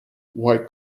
white